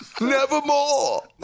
nevermore